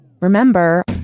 Remember